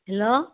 hello